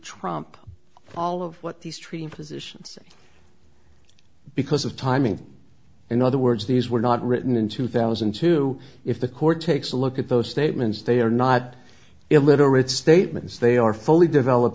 trump all of what these treating physicians because of timing in other words these were not written in two thousand and two if the court takes a look at those statements they are not illiterate statements they are fully develop